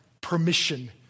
permission